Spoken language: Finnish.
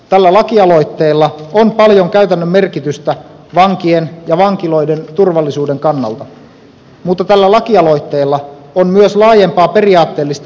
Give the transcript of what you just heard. tällä lakialoitteella on paljon käytännön merkitystä vankien ja vankiloiden turvallisuuden kannalta mutta tällä lakialoitteella on myös laajempaa periaatteellista merkitystä